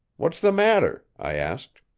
what's the matter? i asked.